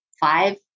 five